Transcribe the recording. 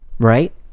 Right